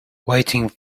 waiting